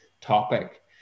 topic